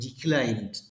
declined